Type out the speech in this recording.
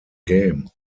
game